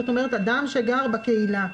זאת אומרת אדם שגר בקהילה.